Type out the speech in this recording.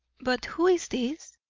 but who is this?